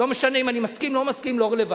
לא משנה אם אני מסכים, לא מסכים, לא רלוונטי.